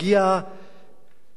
לא,